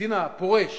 הקצין הפורש